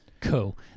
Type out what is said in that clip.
Cool